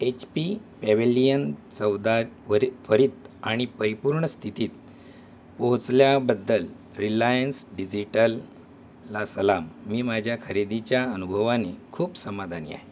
H P Pavilion चौदा वरित् त्वरित आणि परिपूर्ण स्थितीत पोहोचल्याबद्दल रिलायन्स डिजिटलला सलाम मी माझ्या खरेदीच्या अनुभवाने खूप समाधानी आहे